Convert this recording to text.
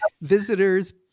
visitors